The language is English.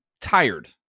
tired